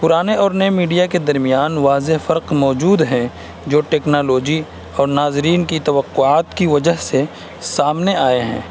پرانے اور نئے میڈیا کے درمیان واضح فرق موجود ہے جو ٹیکنالوجی اور ناظرین کی توقعات کی وجہ سے سامنے آئے ہیں